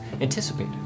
anticipated